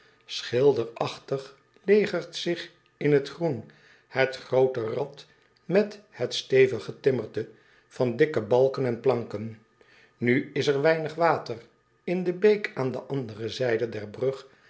schilderachtig legert zich in het groen het groote rad met het stevig getimmerte van dikke balken en planken u is er weinig water n de beek aan de andere zijde der brug